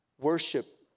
worship